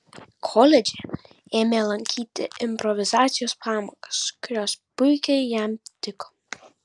koledže ėmė lankyti improvizacijos pamokas kurios puikiai jam tiko